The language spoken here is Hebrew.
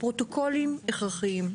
הפרוטוקולים הכרחיים.